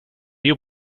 you